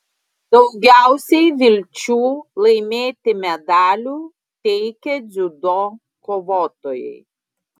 daugiausiai vilčių laimėti medalių teikė dziudo kovotojai